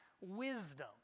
wisdom